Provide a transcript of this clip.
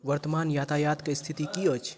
वर्तमान यातायातके स्थिति की अछि